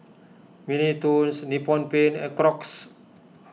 Mini Toons Nippon Paint and Crocs